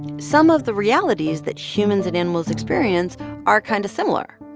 some of the realities that humans and animals experience are kind of similar.